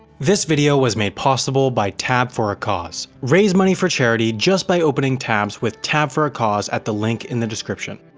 this video was made possible by tab for a cause. raise money for charity just by opening tabs with tab for a cause at the link in the description.